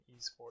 eSports